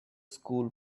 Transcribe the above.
school